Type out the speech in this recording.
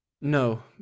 No